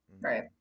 Right